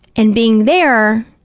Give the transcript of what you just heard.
and being there,